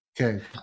okay